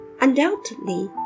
Undoubtedly